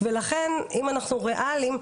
לכן אם אנחנו ריאליים,